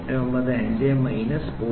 895 minus 0